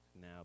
Now